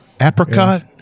Apricot